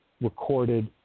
recorded